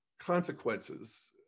consequences